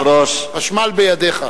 חשמל בידיך.